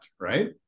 Right